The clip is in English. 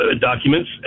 documents